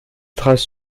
traces